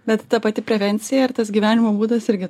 bet ta pati prevencija ir tas gyvenimo būdas irgi